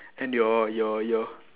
and your your your